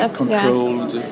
controlled